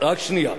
רק שנייה.